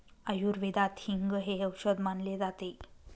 आयुर्वेदात हिंग हे औषध मानले जाते